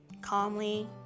calmly